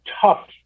tough